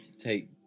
take